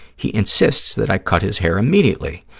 he insists that i cut his hair immediately.